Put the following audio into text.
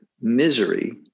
misery